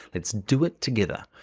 let's do it together.